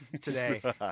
today